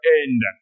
end